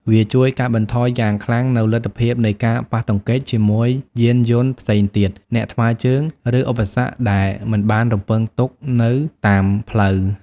វាជួយកាត់បន្ថយយ៉ាងខ្លាំងនូវលទ្ធភាពនៃការប៉ះទង្គិចជាមួយយានយន្តផ្សេងទៀត អ្នកថ្មើរជើង ឬឧបសគ្គដែលមិនបានរំពឹងទុកនៅតាមផ្លូវ។